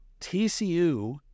TCU